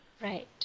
Right